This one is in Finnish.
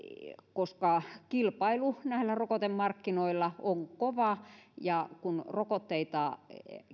koska kilpailu näillä rokotemarkkinoilla on kova ja kun rokotteita